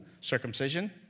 Circumcision